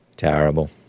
Terrible